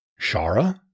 Shara